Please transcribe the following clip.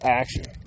action